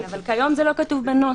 כן, אבל כיום זה לא כתוב בנוסח.